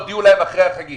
הודיעו להם אחרי החגים.